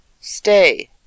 Stay